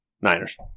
Niners